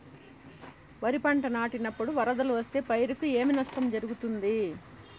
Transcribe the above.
వరిపంట నాటినపుడు వరదలు వస్తే పైరుకు ఏమి నష్టం జరుగుతుంది?